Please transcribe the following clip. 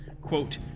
quote